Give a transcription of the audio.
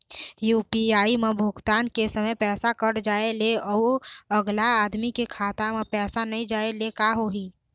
UPI म भुगतान के समय पैसा कट जाय ले, अउ अगला आदमी के खाता म पैसा नई जाय ले का होही?